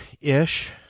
ish